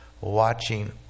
watching